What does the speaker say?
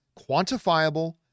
quantifiable